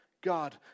God